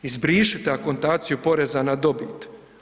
Izbrišite akontaciju poreza na dobit.